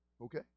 okay